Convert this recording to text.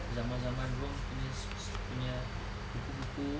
zaman-zaman rome punya punya buku-buku